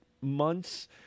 months